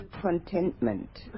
contentment